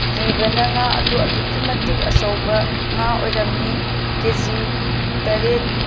ꯀꯤꯕꯅ ꯉꯥ ꯑꯗꯨ ꯑꯗꯨꯛꯀꯤ ꯃꯇꯤꯛ ꯑꯆꯧꯕ ꯉꯥ ꯑꯣꯏꯔꯝꯃꯤ ꯀꯦ ꯖꯤ ꯇꯔꯦꯠ